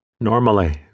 Normally